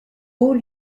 haut